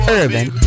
urban